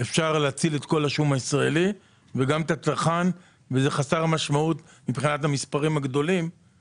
אפשר להציל את כל השום הישראלי ותהיה גם סחורה טובה.